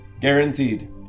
Guaranteed